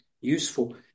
useful